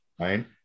Right